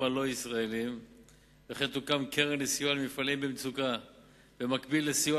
הלא-ישראלים וכן תוקם קרן לסיוע למפעלים במצוקה במקביל לסיוע